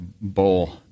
bowl